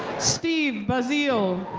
steve bazil.